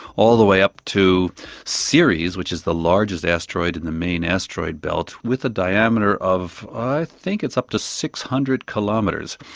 all the way up to ceres which is the largest asteroid in the main asteroid belt with a diameter of, i think it's up to six hundred kilometres.